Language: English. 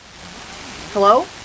Hello